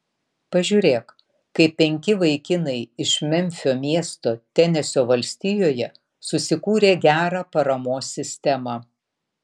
pažiūrėk kaip penki vaikinai iš memfio miesto tenesio valstijoje susikūrė gerą paramos sistemą